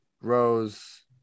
Rose